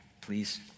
Please